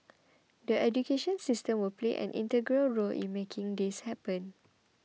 the education system will play an integral role in making this happen